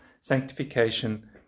sanctification